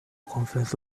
conference